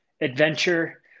adventure